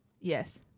Yes